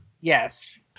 yes